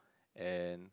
and